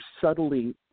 subtly